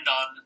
on